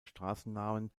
straßennamen